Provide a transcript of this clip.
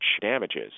damages